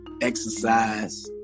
Exercise